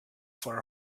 for